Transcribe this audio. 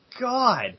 God